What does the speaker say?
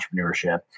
entrepreneurship